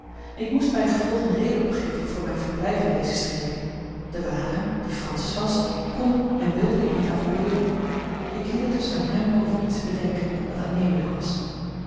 ik moest bijgevolg eene reden opgeven voor mijn verblijf in deze streken de ware die francis was kon en wilde ik niet avoueeren ik liet het dus aan hem over iets te bedenken dat aannemelijk was